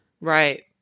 Right